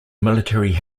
military